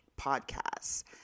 podcasts